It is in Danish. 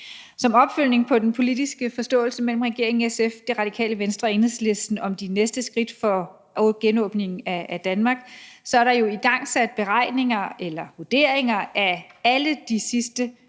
Som opfølgning på den politiske forståelse mellem regeringen, SF, Det Radikale Venstre og Enhedslisten om de næste skridt for genåbningen af Danmark er der jo igangsat beregninger eller vurderinger af alle de sidste